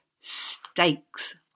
stakes